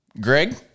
Greg